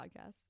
podcast